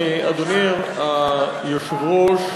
אדוני היושב-ראש,